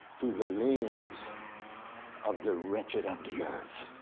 through the lens of the wretched of the earth.